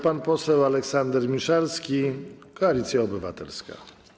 Pan poseł Aleksander Miszalski, Koalicja Obywatelska.